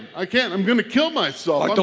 i can't. i'm going to kill myself